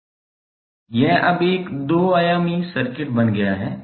यह अब एक 3 आयामी सर्किट बन गया है